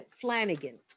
Flanagan